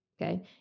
okay